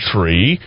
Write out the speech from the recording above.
Tree